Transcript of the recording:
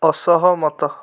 ଅସହମତ